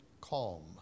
calm